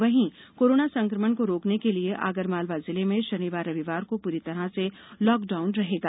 वहीं कोरोना संकमण को रोकने के लिए आगरमालवा जिले में शनिवार रविवार को पूरी तरह से लॉकडाउन रहेगा